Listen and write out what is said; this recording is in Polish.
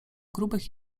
grubych